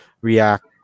react